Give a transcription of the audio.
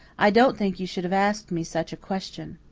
i don't think you should have asked me such a question.